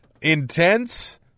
intense